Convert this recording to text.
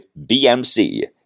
BMC